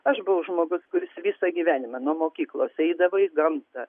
aš buvau žmogus kuris visą gyvenimą nuo mokyklos eidavo į gamtą